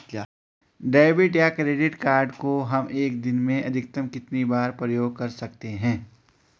Debit या credit card को हम एक दिन में अधिकतम कितनी बार प्रयोग कर सकते हैं?